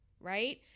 right